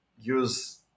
use